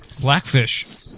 Blackfish